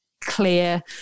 clear